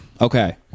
okay